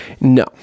no